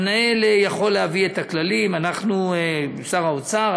המנהל יכול להביא את הכללים, אנחנו עם שר האוצר,